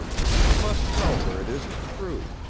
you must tell her it isn't true,